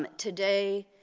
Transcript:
today,